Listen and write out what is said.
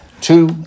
Two